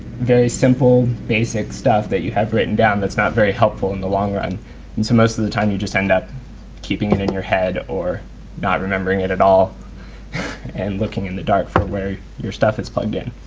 very simple basic simple stuff that you have written down that's not very helpful in the long run. so most of the time you just end up keeping it in your head or not remembering it at all and looking in the dark for where your stuff is plugged in.